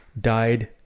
died